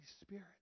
Spirit